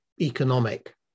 economic